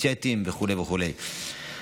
צ'אטים וכו' וכו'.